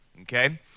Okay